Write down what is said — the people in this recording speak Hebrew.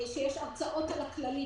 שיש הרצאות על הכללית,